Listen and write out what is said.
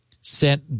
sent